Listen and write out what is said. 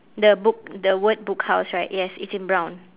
the book the word book house right yes it's in brown